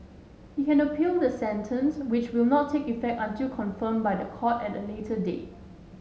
he can appeal the sentence which will not take effect until confirmed by the court at a later date